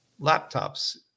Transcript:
laptops